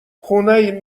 خونه